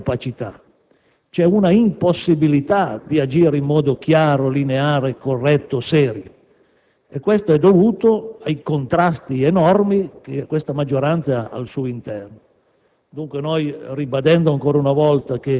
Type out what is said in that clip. all'interno della maggioranza, non solo incapacità, ma c'è un'impossibilità di agire in modo chiaro, lineare, corretto, serio e ciò è dovuto ai contrasti enormi che questa maggioranza ha al suo interno.